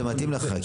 זה מתאים לך,